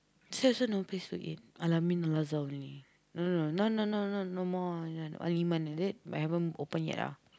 this one also no place to eat Al-Amin Al-Azhar only no no no now no more Al-Iman is it but haven't open yet ah